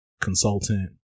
consultant